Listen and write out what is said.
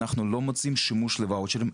אנחנו לא מוצאים שימוש לוואוצ'רים,